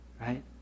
right